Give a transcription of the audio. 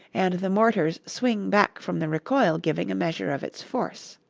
and the mortar's swing back from the recoil giving a measure of its force.